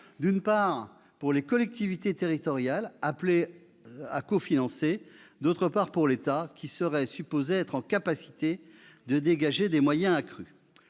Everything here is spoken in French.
d'une part, pour les collectivités territoriales appelées à cofinancer, d'autre part, pour l'État supposé être en mesure de dégager des moyens accrus.